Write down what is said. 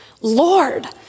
Lord